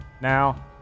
Now